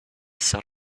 sat